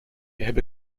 heb